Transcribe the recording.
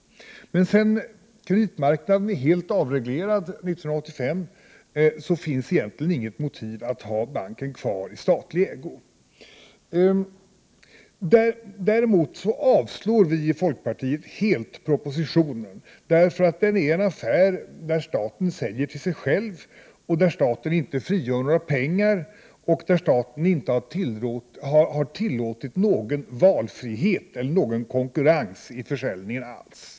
Men sedan kreditmarknaden helt avreglerades 1985 finns egentligen inget motiv att ha banken kvar i statlig ägo. Däremot vill vi i folkpartiet helt avslå propositionen, därför att den gäller en affär där staten säljer till sig själv, där staten inte frigör några pengar och där staten inte alls har tillåtit någon konkurrens vid försäljningen.